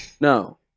no